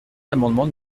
l’amendement